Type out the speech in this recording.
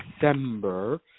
December